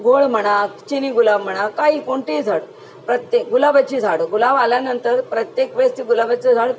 घोळ म्हणा चिनी गुलाब म्हणा काही कोणतेही झाड प्रत्येक गुलाबाची झाडं गुलाब आल्यानंतर प्रत्येक वेळेस गुलाबाचं झाड